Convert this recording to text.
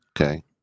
Okay